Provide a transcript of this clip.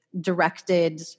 directed